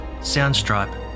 Soundstripe